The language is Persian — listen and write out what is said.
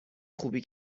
خوبی